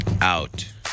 out